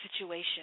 situation